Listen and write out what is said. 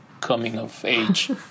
Coming-of-age